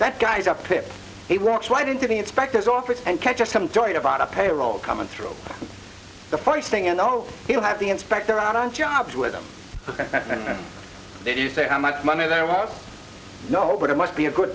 pip he walks right into the inspector's office and catches him during about a payroll coming through the first thing you know he'll have the inspector out on jobs with them did you say how much money there was no but it must be a good